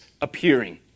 appearing